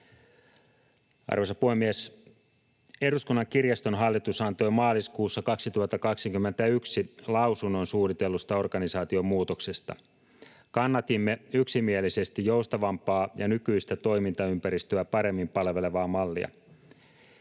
Arvoisa puhemies! Eduskunnan kirjaston hallitus antoi maaliskuussa 2021 lausunnon suunnitellusta organisaatiomuutoksesta. Kannatimme yksimielisesti joustavampaa ja nykyistä toimintaympäristöä paremmin palvelevaa mallia.